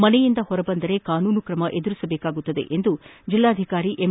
ಮನೆಯಿಂದ ಹೊರಬಂದರೆ ಕಾನೂನು ಕ್ರಮ ಎದುರಿಸಬೇಕಾಗುತ್ತದೆ ಎಂದು ಜಿಲ್ಲಾಧಿಕಾರಿ ಎಂ